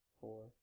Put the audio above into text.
four